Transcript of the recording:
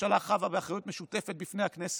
הממשלה חבה באחריות משותפת בפני הכנסת.